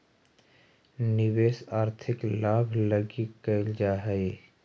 निवेश आर्थिक लाभ लगी कैल जा हई